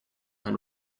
and